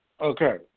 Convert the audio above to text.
Okay